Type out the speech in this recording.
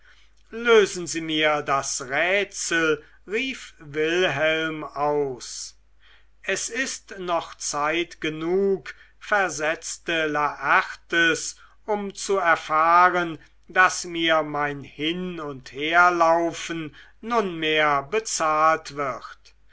lösen sie mir das rätsel rief wilhelm aus es ist noch zeit genug versetzte laertes um zu erfahren daß mir mein hin und herlaufen nunmehr bezahlt wird